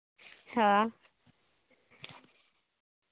ᱦᱟᱸ